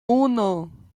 uno